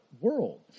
world